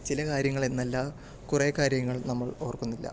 ചില കാര്യങ്ങൾ എന്നല്ല കുറേ കാര്യങ്ങൾ നമ്മൾ ഓർക്കുന്നില്ല